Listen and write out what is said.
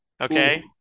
okay